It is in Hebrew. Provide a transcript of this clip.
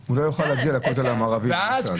הוא לא יוכל להגיע לכותל המערבי למשל,